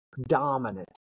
dominant